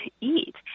eat